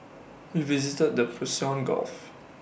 we visited the Persian gulf